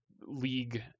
league